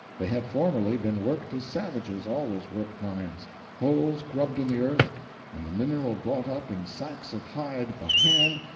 they had formerly been worked as savages always work mines holes grubbed in the earth and the mineral brought up in sacks of hide by hand,